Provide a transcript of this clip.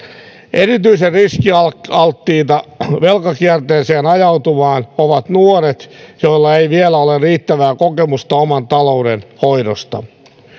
erityisen riskialttiita velkakierteeseen ajautumaan ovat nuoret joilla ei vielä ole riittävää kokemusta oman talouden hoidosta